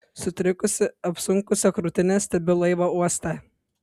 sutrikusi apsunkusia krūtine stebiu laivą uoste